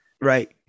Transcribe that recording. Right